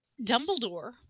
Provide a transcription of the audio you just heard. Dumbledore